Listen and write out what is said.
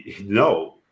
No